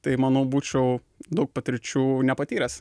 tai manau būčiau daug patirčių nepatyręs